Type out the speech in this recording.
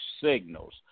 signals